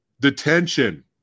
Detention